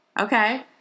okay